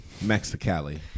Mexicali